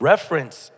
Reference